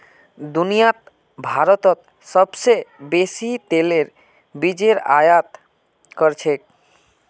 दुनियात भारतत सोबसे बेसी तेलेर बीजेर आयत कर छेक